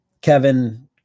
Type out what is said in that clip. Kevin